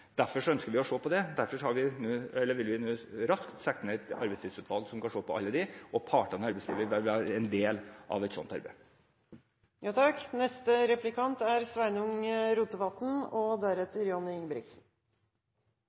å gå i hop på en god måte. Derfor ønsker vi å se på det. Derfor vil vi raskt sette ned et arbeidslivsutvalg som kan se på alt dette, og partene i arbeidslivet vil være en del av et sånt